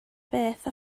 beth